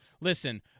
Listen